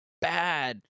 bad